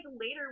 later